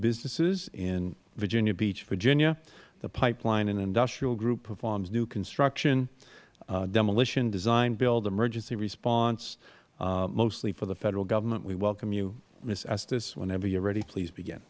businesses in virginia beach virginia the pipeline industrial group performs new construction demolition design build emergency response mostly for the federal government we welcome you ms estes whenever you are ready please beg